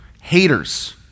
Haters